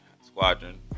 squadron